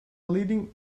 leading